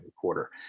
quarter